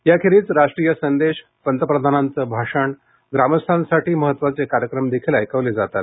याखेरीज राष्ट्रीय संदेश पंतप्रधानांचं भाषण ग्रामस्थांसाठी महत्वाचे कार्यक्रम देखील ऐकवले जातात